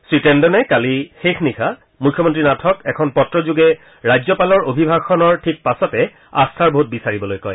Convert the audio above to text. শ্ৰীটেণ্ডনে কালি শেষ নিশা মুখ্যমন্ত্ৰী নাথক এখন পত্ৰযোগে ৰাজ্যপালৰ অভিভাষণৰ ঠিক পাছতে আস্থাৰ ভোট বিচাৰিবলৈ কয়